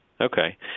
Okay